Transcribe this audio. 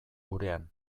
gurean